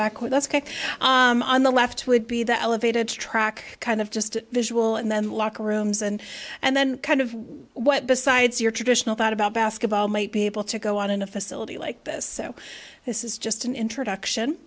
back with us on the left would be the elevated track kind of just visual and then locker rooms and and then kind of what besides your traditional thought about basketball might be able to go on in a facility like this so this is just an introduction